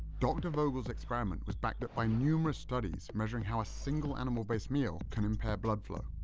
dr. vogel's experiment was backed up by numerous studies measuring how a single animal-based meal can impair blood flow.